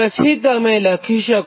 પછીતમે લખી શકો